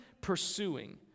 pursuing